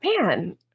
man